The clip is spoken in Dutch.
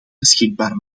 beschikbaar